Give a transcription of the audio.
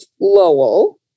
Lowell